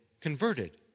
converted